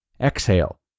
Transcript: exhale